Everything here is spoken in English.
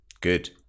Good